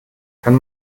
kann